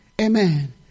Amen